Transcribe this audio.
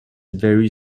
very